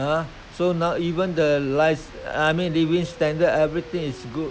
uh so now even the life~ I mean the living standard everything is good